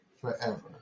forever